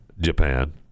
japan